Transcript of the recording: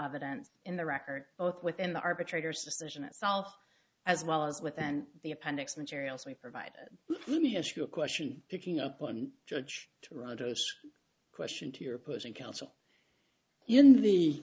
evidence in the record both within the arbitrator's decision itself as well as within the appendix materials we provided let me ask you a question picking up on judge toronto's question to your opposing counsel in the